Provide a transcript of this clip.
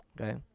Okay